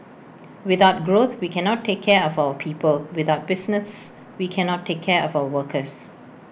without growth we cannot take care of our people without business we cannot take care of our workers